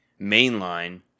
mainline